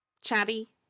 chatty